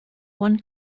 one